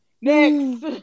Next